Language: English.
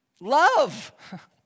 love